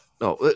No